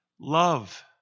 Love